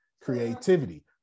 Creativity